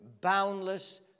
boundless